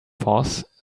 force